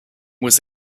was